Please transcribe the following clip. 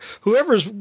whoever's